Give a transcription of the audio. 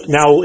Now